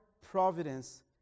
providence